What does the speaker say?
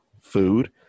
food